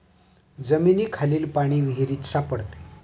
जमिनीखालील पाणी विहिरीत सापडते